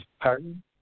pardon